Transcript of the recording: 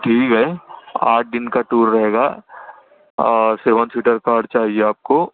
ٹھیک ہے آٹھ دن کا ٹور رہے گا اور سیون سیٹر کار چاہیے آپ کو